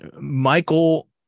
michael